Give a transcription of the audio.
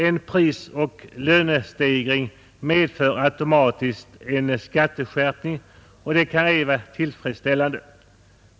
En prisoch lönestegring medför med andra ord automatiskt en skatteskärpning, och det kan ej vara tillfredsställande.